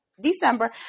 December